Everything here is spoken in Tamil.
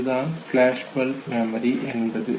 இதுதான் ஃபிளாஷ்பல்ப் மெமரி என்பது